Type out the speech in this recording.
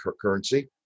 currency